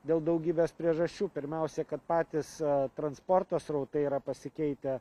dėl daugybės priežasčių pirmiausia kad patys transporto srautai yra pasikeitę